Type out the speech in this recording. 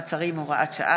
מעצרים) (הוראת שעה,